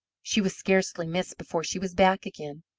she was scarcely missed before she was back again.